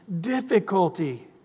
difficulty